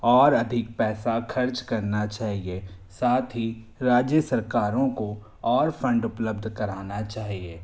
और अधिक पैसा खर्च करना चाहिए साथ ही राज्य सरकारों को और फंड उपलब्ध कराना चाहिए